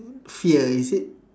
fear is it